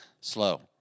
slow